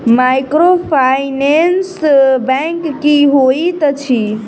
Microfinance bank की होइत अछि?